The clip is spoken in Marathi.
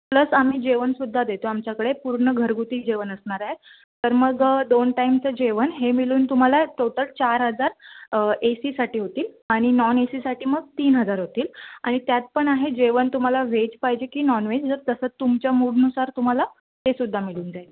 प्लस आम्ही जेवणसुद्धा देतो आमच्याकडे पूर्ण घरगुती जेवण असणार आहे तर मग दोन टाइमचं जेवण हे मिळून तुम्हाला टोटल चार हजार ए सीसाठी होतील आणि नॉन ए सीसाठी मग तीन हजार होतील आणि त्यात पण आहे जेवण तुम्हाला व्हेज पाहिजे की नॉन व्हेज जर तसं तुमच्या मूडनुसार तुम्हाला ते सुद्धा मिळून जाईल